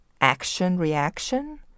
action-reaction